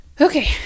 Okay